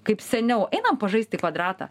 kaip seniau einam pažaisti kvadratą